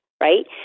right